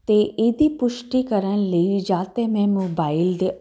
ਅਤੇ ਇਹਦੀ ਪੁਸ਼ਟੀ ਕਰਨ ਲਈ ਜਾਂ ਤਾਂ ਮੈਂ ਮੋਬਾਈਲ ਦੇ